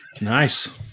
Nice